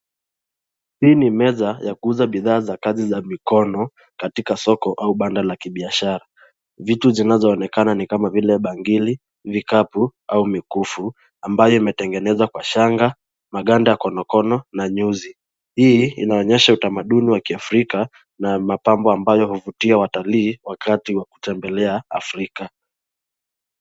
Hii ni meza ya kuuza bidhaa za kazi za mikono katika soko au banda la kibiasshara. Vitu zinazoonekana ni kama vile bangili, vikapu au mikufu ambayo imetengenzwa kwa shanga, maganda ya konokono na nyuzi. Hii inaonyesha utamaduni wa kiafrika na mapambo ambayo huvutia watalii wakati wa kutembelea Afrika